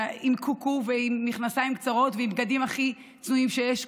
עם קוקו ועם מכנסיים קצרים ועם בגדים הכי צנועים שיש.